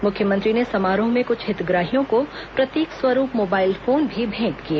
मुख्यमंत्री ने समारोह में कुछ हितग्राहियों को प्रतीक स्वरूप मोबाइल फोन भी भेंट किए